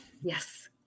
yes